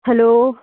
hello